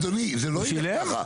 אדוני, זה לא ילך ככה.